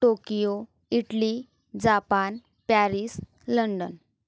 Tokyo Italy Japan Paris London